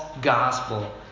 gospel